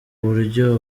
buryo